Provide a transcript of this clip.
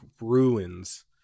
ruins